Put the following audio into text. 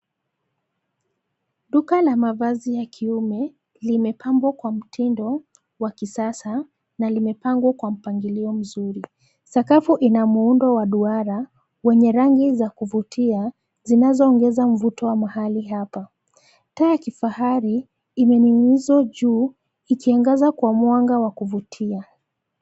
Duka la mavazi ya kiume limepambwa kwa mtindo wa kisasa na limepangwa kwa mpangilio mzuri. Sakafu ina muundo wa duara wenye rangi za kuvutia zinazoongeza mvuto wa mahali hapa. Taa ya kifahari, imening'nizwa juu ikiangaza kwa mwanga wa kuvutia.